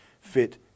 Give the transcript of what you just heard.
fit